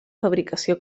fabricació